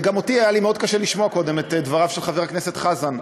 גם לי היה מאוד קשה לשמוע קודם את דבריו של חבר הכנסת חזן.